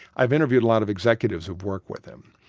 i've interviewed a lot of executives who've worked with him,